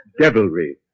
devilry